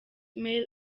male